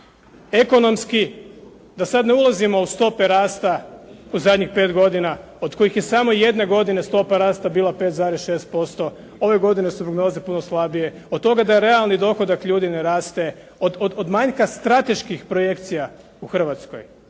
Ekonomski, da sad ne ulazimo u stope rasta u zadnjih pet godina od kojih je samo jedne godine stopa rasta bila 5,6%, ove godine su prognoze puno slabije. Od toga da realni dohodak ljudi ne raste, od manjka strateških projekcija u Hrvatskoj,